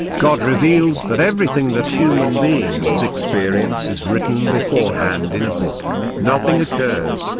god reveals that everything that human beings experience is written beforehand in a book nothing occurs,